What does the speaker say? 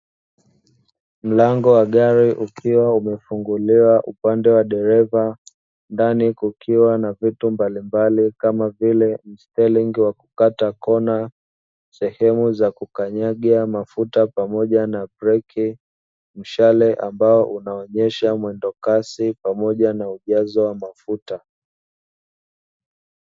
Mlango wa gari ukiwa umefunguliwa upande wa dereva ndani kukiwa na vitu mbalimbali kama vile stelingi wa kukata kona sehemu za kukanyagia mafuta pamoja na breki, mshale unaonesha mwendokasi pamoja na ujazo wa mafuta.